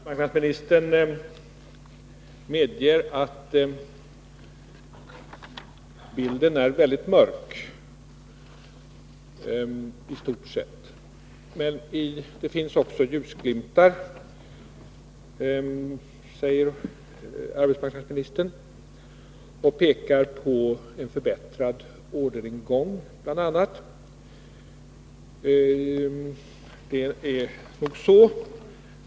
Fru talman! Arbetsmarknadsministern medger att bilden i stort sett är mycket mörk. Men det finns också ljusglimtar, säger hon, och pekar bl.a. på en förbättrad orderingång, och det är nog riktigt.